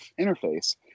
interface